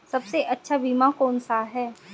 सबसे अच्छा बीमा कौन सा है?